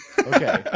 Okay